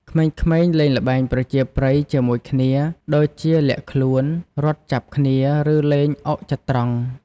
ក្មេងៗលេងល្បែងប្រជាប្រិយជាមួយគ្នា ដូចជាលាក់ខ្លួន រត់ចាប់គ្នា ឬលេងអុកចត្រង្គ។